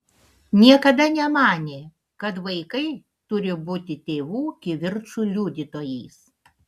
niekada nemanė kad vaikai turi būti tėvų kivirčų liudytojais